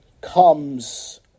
comes